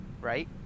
right